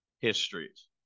histories